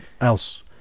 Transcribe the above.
else